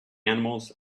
animals